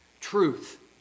Truth